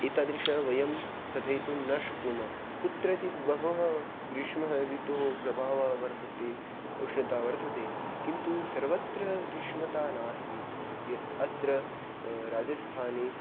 एतादृशं वयं कथयितुं न शक्नुमः कुत्रचित् बहवः ग्रीष्म ऋतोः प्रभावः वर्तते उष्णता वर्तते किन्तु सर्वत्र ग्रीष्मता नास्ति अत्र राजस्थाने